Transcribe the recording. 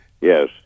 Yes